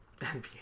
NBA